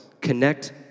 connect